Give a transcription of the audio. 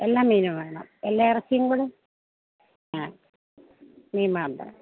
എല്ലാ മീനും വേണം എല്ലാ ഇറച്ചിയും കൂടെ ആ മീൻ മാത്രം